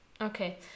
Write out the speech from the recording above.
Okay